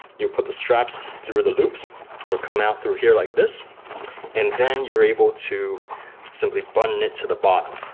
you'll put the straps through the loops. it will come out through here like this and then you're able to simply button it to the bottom.